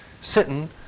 sitting